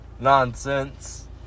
nonsense